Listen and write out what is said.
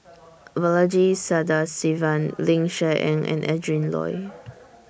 Balaji Sadasivan Ling Cher Eng and Adrin Loi